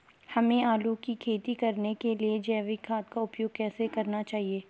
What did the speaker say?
हमें आलू की खेती करने के लिए जैविक खाद का उपयोग कैसे करना चाहिए?